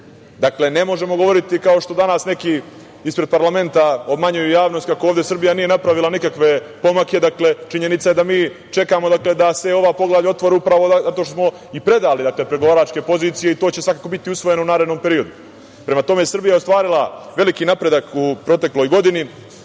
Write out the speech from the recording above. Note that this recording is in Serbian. Dakle, ne možemo govoriti kao što danas neki ispred parlamenta obmanjuju javnost kako ovde Srbija nije napravila nikakve pomake. Činjenica je da mi čekamo da se ova poglavlja otvore, upravo zato što smo i predali pregovaračke pozicije i to će svakako biti usvojeno u narednom periodu. Prema tome, Srbija je ostvarila veliki napredak u protekloj godini.